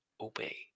obey